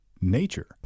nature